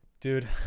Dude